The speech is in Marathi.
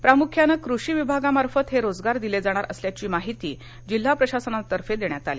प्रामुख्यानं कृषी विभागामार्फत हे रोजगार दिले जाणार असल्याची माहिती जिल्हा प्रशासनातर्फे देण्यात आली